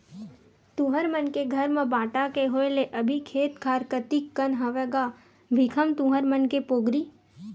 तुँहर मन के घर म बांटा के होय ले अभी खेत खार कतिक कन हवय गा भीखम तुँहर मन के पोगरी?